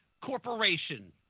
corporation